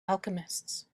alchemists